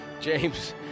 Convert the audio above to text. James